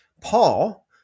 Paul